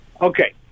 Okay